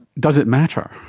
does it matter?